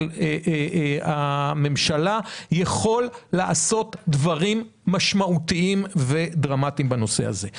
הממשלה יכול לעשות דברים משמעותיים ודרמטיים בנושא הזה.